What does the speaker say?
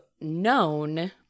known